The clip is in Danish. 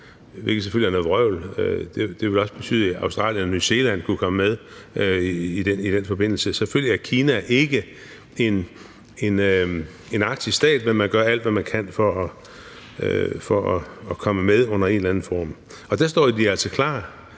Det ville betyde, at også Australien og New Zealand kunne komme med i den forbindelse. Selvfølgelig er Kina ikke en arktisk stat, men man gør alt, hvad man kan, for at komme med under en eller anden form. Og der står det